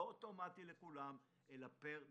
לא אוטומטי לכולם אלא פר דיפרנציאציה.